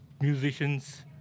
musicians